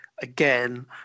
again